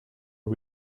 are